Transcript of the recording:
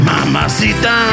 Mamacita